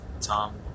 Tom